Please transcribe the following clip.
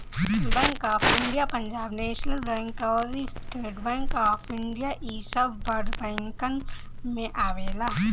bank of India, Punjab national bank अउरी state bank of India इ सब बड़ बैंकन में आवेला